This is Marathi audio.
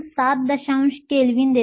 7 केल्विन देते